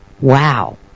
wow